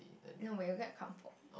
no it will get crumpled